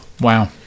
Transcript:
Wow